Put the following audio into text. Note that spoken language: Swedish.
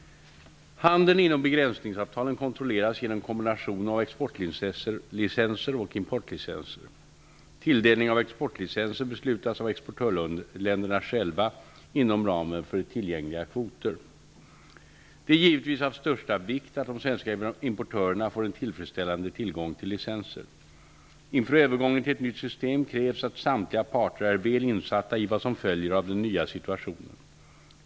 Handeln inom begränsningsavtalen kontrolleras genom en kombination av exportlicenser och importlicenser. Tilldelning av exportlicenser beslutas av exportländerna själva inom ramen för tillgängliga kvoter. Det är givetvis av största vikt att de svenska importörerna får en tillfredsställande tillgång till licenser. Inför övergången till ett nytt system krävs att samtliga parter är väl insatta i vad som följer av den nya situationen.